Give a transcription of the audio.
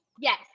yes